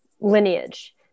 lineage